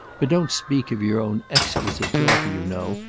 but don't speak of your own exquisite daughter, you know,